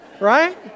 right